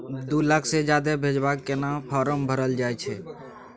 दू लाख से ज्यादा भेजबाक केना फारम भरल जाए छै?